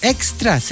Extra